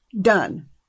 done